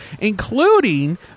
including